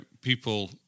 people